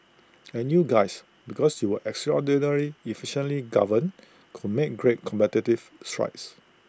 and you guys because you were extraordinary efficiently governed could make great competitive strides